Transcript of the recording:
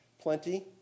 plenty